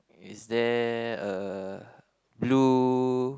is there a blue